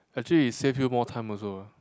actually it save you more time also uh